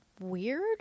weird